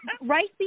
Right